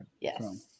yes